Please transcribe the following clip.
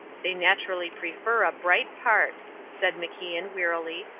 they naturally prefer a bright part, said macian, wearily.